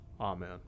Amen